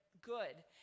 good